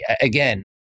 Again